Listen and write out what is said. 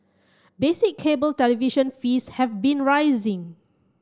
basic cable television fees have been rising